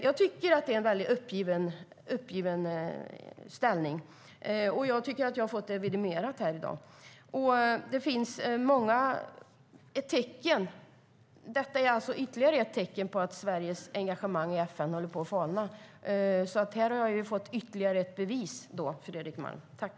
Jag tycker att det är en uppgiven inställning, vilket jag tycker att jag har fått vidimerat här i dag. Detta är alltså ytterligare ett tecken på att Sveriges engagemang i FN håller på att falna. Här har jag fått ytterligare ett bevis för det, Fredrik Malm.